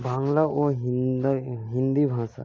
বাংলা ও হিন্দা হিন্দি ভাষা